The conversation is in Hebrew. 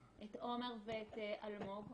את עומר ואת אלמוג,